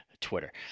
twitter